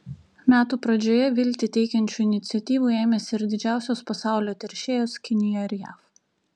metų pradžioje viltį teikiančių iniciatyvų ėmėsi ir didžiausios pasaulio teršėjos kinija ir jav